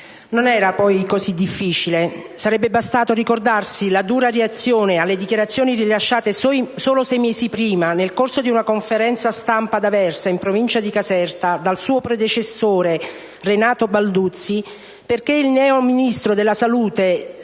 non era poi così difficile. Sarebbe bastato ricordarsi la dura reazione alle dichiarazioni rilasciate solo sei mesi prima nel corso di una conferenza stampa ad Aversa, in provincia di Caserta, dal suo predecessore, Renato Balduzzi, perché il neoministro della salute